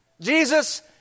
Jesus